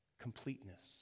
completeness